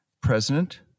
president